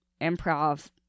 improv